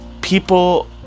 people